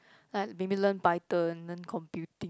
like maybe learn python learn computing